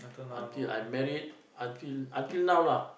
until I married until until now lah